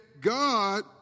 God